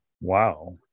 Wow